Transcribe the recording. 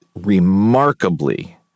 remarkably